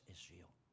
Israel